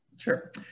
Sure